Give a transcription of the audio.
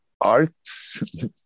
arts